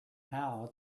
how